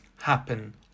happen